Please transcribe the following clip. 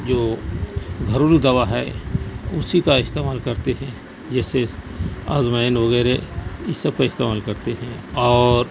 جو گھرولو دوا ہے اسی کا استعمال کرتے ہیں جیسے اجوائن وغیرہ یہ سب کا استعمال کرتے ہیں اور